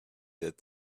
that